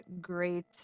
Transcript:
great